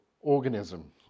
organism